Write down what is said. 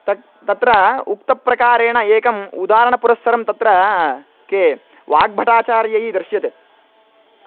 तक् तत्र उक्तप्रकारेण एकम् उदाहरणपुरस्सरं तत्र के वाग्भटाचार्यैः दर्श्यते